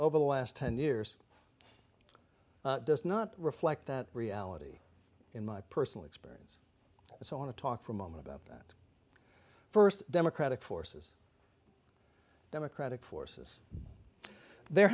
over the last ten years does not reflect that reality in my personal experience and so on to talk for a moment about that first democratic forces democratic forces there